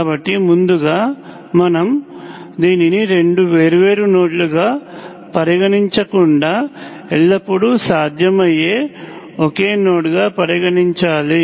కాబట్టి ముందుగా మనము దీనిని రెండు వేర్వేరు నోడ్లుగా పపరిగణించకుండా ఎల్లప్పుడూ సాధ్యమయ్యే ఒకే నోడ్గా పరిగణించాలి